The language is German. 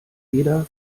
jeder